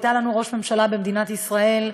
הייתה לנו ראש ממשלה במדינת ישראל.